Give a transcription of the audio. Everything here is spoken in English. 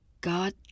God